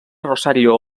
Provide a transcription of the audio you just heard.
rosario